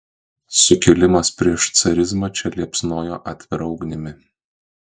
sukilimas prieš carizmą čia liepsnojo atvira ugnimi